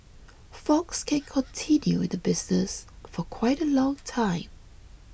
fox can continue in the business for quite a long time